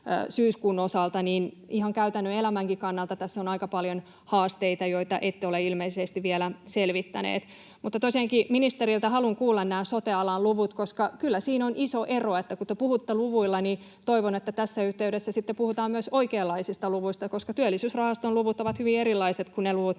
syyskuun osalta — tässä on aika paljon haasteita, joita ette ole ilmeisesti vielä selvittäneet. Mutta tosiaankin ministeriltä haluan kuulla nämä sote-alan luvut, koska kyllä siinä on iso ero. Että kun te puhutte luvuilla, niin toivon, että tässä yhteydessä sitten puhutaan myös oikeanlaisista luvuista, koska Työllisyysrahaston luvut ovat hyvin erilaiset kuin ne luvut,